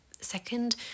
Second